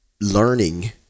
learning